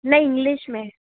नहीं इंग्लिश में